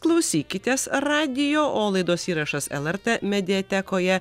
klausykitės radijo o laidos įrašas lrt mediatekoje